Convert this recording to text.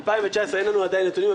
2019 אין לנו עדיין נתונים.